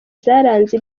zaranze